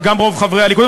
גם רוב חברי הליכוד,